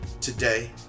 today